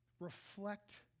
reflect